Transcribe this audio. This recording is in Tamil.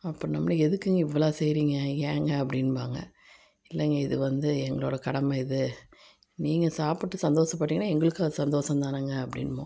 அப்புறம் நம்பளை எதுக்குங்க இவ்வளோ செய்யிறிங்க ஏங்க அப்படின்பாங்க இல்லைங்க இது வந்து எங்களோடய கடமை இது நீங்கள் சாப்பிட்டு சந்தோஷப்பட்டிங்கனால் எங்களுக்கும் அது சந்தோஷம்தானங்க அப்படின்போம்